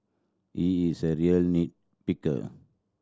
he is a real nit picker